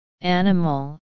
Animal